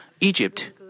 Egypt